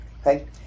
okay